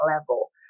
level